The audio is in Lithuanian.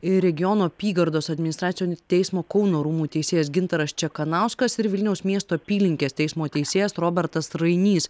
ir regionų apygardos administracinio teismo kauno rūmų teisėjas gintaras čekanauskas ir vilniaus miesto apylinkės teismo teisėjas robertas rainys